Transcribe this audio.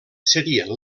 serien